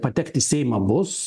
patekti į seimą bus